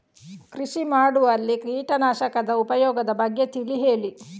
ಕೃಷಿ ಮಾಡುವಲ್ಲಿ ಕೀಟನಾಶಕದ ಉಪಯೋಗದ ಬಗ್ಗೆ ತಿಳಿ ಹೇಳಿ